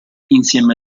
insieme